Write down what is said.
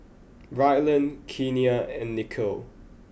Ryland Kenia and Niko